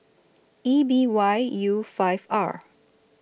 E B Y U five R